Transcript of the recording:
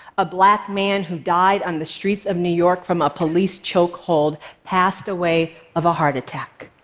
a black man who died on the streets of new york from a police choke hold, passed away of a heart attack.